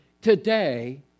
today